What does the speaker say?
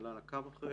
שהמל"ל עקב אחריהם,